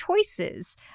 choices